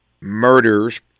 murders